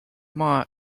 more